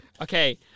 Okay